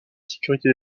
sécurité